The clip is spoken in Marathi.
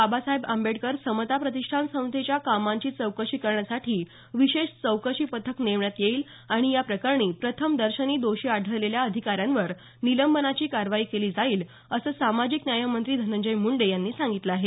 बाबासाहेब आंबेडकर समता प्रतिष्ठान संस्थेच्या कामांची चौकशी करण्यासाठी विशेष चौकशी पथक नेमण्यात येईल आणि या प्रकरणी प्रथम दशेनी दोषी आढळलेल्या अधिकाऱ्यांवर निलंबनाची कारवाई केली जाईल असं सामाजिक न्यायमंत्री धनंजय मुंडे यांनी सांगितलं आहे